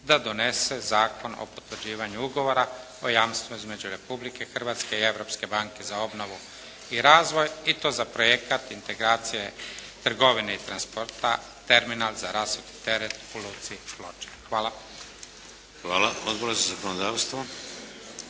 da donese Zakon o potvrđivanju ugovora o jamstvu između Republike Hrvatske i Europske banke za obnovu i razvoj i to za projekat integracije, trgovine i transporta terminal za rasuti teret u Luci Ploče. Hvala. **Šeks, Vladimir